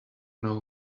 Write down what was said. know